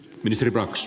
ministeri brax